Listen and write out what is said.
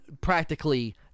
practically